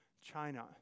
China